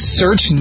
search